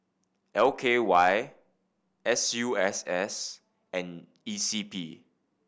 L K Y S U S S and E C P